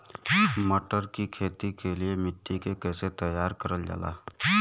मटर की खेती के लिए मिट्टी के कैसे तैयार करल जाला?